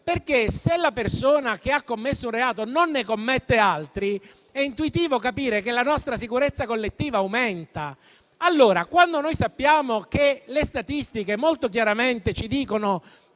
se la persona che ha commesso un reato non ne commette altri, è intuitivo che la nostra sicurezza collettiva aumenta. Noi sappiamo e le statistiche molto chiaramente ci dicono